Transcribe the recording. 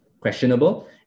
questionable